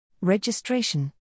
Registration